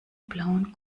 blauen